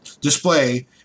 display